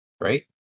right